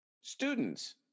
students